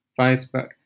Facebook